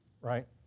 right